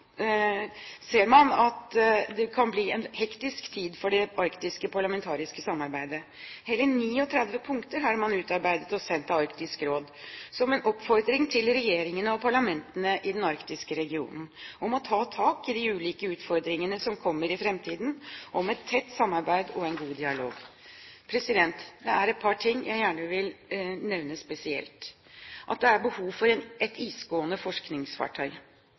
det kan bli en hektisk tid for det arktiske parlamentariske samarbeidet. Hele 39 punkter har man utarbeidet og sendt til Arktisk Råd, som en oppfordring til regjeringene og parlamentene i den arktiske regionen om å ta tak i de ulike utfordringene som kommer i framtiden, om et tett samarbeid og en god dialog. Det er et par ting jeg gjerne vil nevne spesielt. Det er behov for et isgående forskningsfartøy.